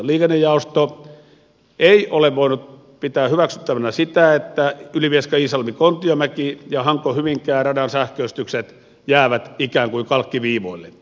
liikennejaosto ei ole voinut pitää hyväksyttävänä sitä että ylivieskaiisalmikontiomäki ja hankohyvinkää radan sähköistykset jäävät ikään kuin kalkkiviivoille